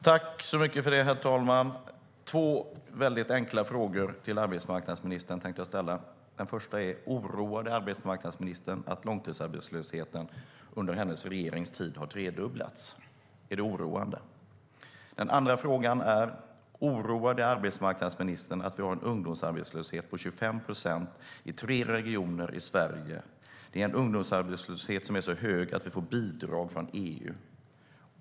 Herr talman! Jag tänker ställa två väldigt enkla frågor till arbetsmarknadsministern. Den första är: Oroar det arbetsmarknadsministern att långtidsarbetslösheten har tredubblats under hennes regerings tid? Är det oroande? Den andra frågan är: Oroar det arbetsmarknadsministern att vi har en ungdomsarbetslöshet på 25 procent i tre regioner i Sverige? Det är en ungdomsarbetslöshet som är så hög att vi får bidrag från EU.